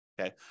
Okay